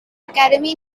academy